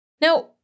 Now